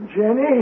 Jenny